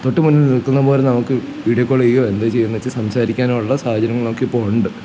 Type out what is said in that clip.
തൊട്ടുമുന്നിൽ നിൽക്കുന്ന പോലെ നമുക്ക് വീഡിയോ കോള്യ്യുവോ എന്താണു ചെയ്യണ്ടതെന്നുവച്ചാല് സംസാരിക്കാനുള്ള സാഹചര്യങ്ങളൊക്കെ ഇപ്പോഴുണ്ട്